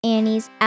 Annie's